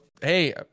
hey